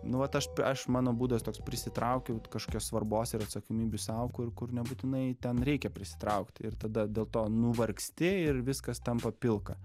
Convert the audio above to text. nu vat aš aš mano būdas toks prisitraukiau kažkokios svarbos ir atsakomybių sau kur kur nebūtinai ten reikia prisitraukti ir tada dėlto nuvargsti ir viskas tampa pilka